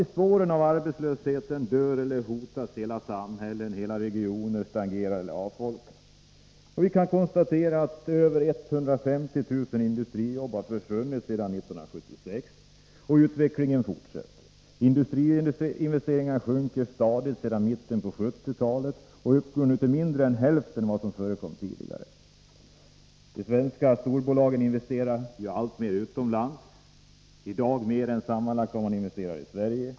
I spåren av arbetslösheten dör eller hotas hela samhällen, och hela regioner avfolkas. Vi kan konstatera att över 150 000 industrijobb har försvunnit sedan 1976. Denna utveckling fortsätter. Industriinvesteringarna har sjunkit stadigt sedan mitten av 1970-talet och uppgår nu till mindre än hälften av vad de tidigare gjort. De svenska storbolagen investerar ju alltmer utomlands, i dag mer än vad de sammanlagt investerar i Sverige.